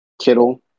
Kittle